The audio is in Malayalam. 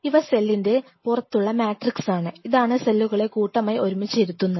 ഇവ സെലിൻറെ പുറത്തുള്ള മാട്രിക്സ് ആണ് ഇതാണ് സെല്ലുകളെ കൂട്ടമായി ഒരുമിച്ച് ഇരുത്തുന്നത്